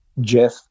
Jeff